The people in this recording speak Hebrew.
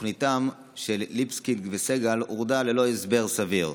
תוכניתם של ליבסקינד וסג"ל הורדה ללא הסבר סביר.